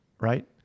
Right